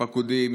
הפקודים,